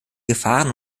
gefahren